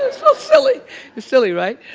it's so silly. it's silly, right?